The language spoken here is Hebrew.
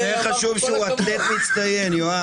יותר חשוב שהוא אתלט מצטיין, יואב.